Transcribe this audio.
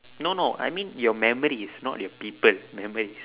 no no I mean your memories not your people memories